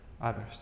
others